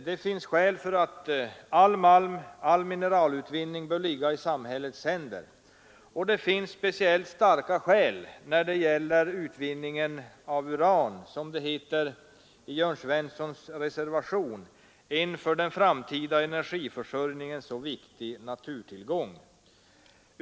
Det finns skäl för att all mineralutvinning bör ligga i samhällets händer, och det finns speciellt starka skäl när det gäller utvinningen av, som det heter i herr Svenssons i Malmö reservation, ”en för den framtida energiförsörjningen så viktig naturtillgång”.